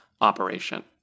operation